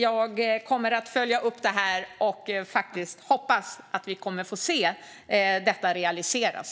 Jag kommer att följa upp det här och hoppas att vi kommer att få se detta realiseras.